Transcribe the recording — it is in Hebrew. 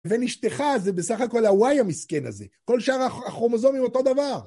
ונשטחה זה בסך הכל הוואי המסכן הזה, כל שאר הכרומוזומים אותו דבר.